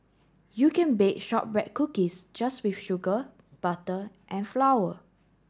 you can bake shortbread cookies just with sugar butter and flour